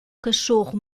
cachorro